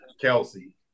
Kelsey